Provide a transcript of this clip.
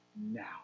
now